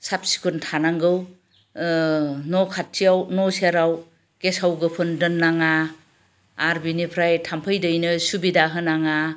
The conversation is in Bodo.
साफ सिखुन थानांगौ न' खाथियाव न' सेराव गेसाव गोफोन दोननाङा आरो बिनिफ्राय थामफै दैनो सुबिदा होनाङा